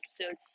episode